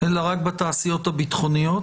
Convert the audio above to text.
אלא רק בתעשיות הביטחוניות,